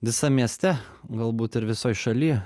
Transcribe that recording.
visam mieste galbūt ir visoj šaly